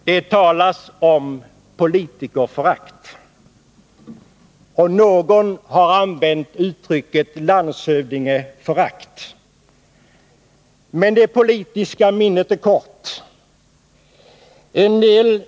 Det talas om politikerförakt, och någon har använt uttrycket landshövdingeförakt. Men det politiska minnet är kort.